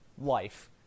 life